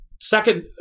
Second